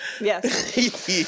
Yes